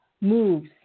moves